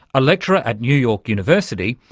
a lecturer at new york university,